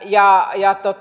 ja